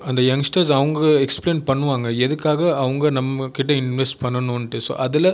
அந்த யங்ஸ்டர்ஸ் அவங்க எக்ஸ்ப்லைன் பண்ணுவாங்க எதுக்காக அவங்க நம்ம கிட்டே இன்வெஸ்ட் பண்ணணுன்ட்டு சோ அதில்